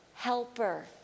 helper